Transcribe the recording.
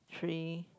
three